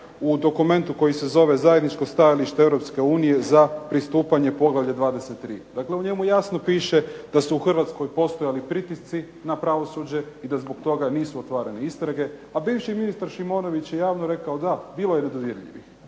u dokumentu koji se zove zajedničko stajalište Europske unije za pristupanje poglavlje 23. Dakle u njemu jasno piše da su u Hrvatskoj postojali pritisci na pravosuđe, i da zbog toga nisu otvarane istrage, a bivši ministar Šimonović je javno rekao da, bilo je nedodirljivih.